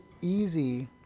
easy